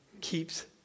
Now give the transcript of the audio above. keeps